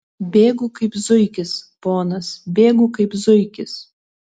bėgu kaip zuikis ponas bėgu kaip zuikis